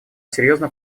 серьезно